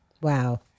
Wow